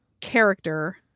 character